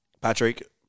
Patrick